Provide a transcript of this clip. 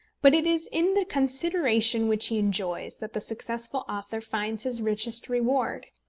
but it is in the consideration which he enjoys that the successful author finds his richest reward.